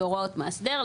בהוראות מאסדר,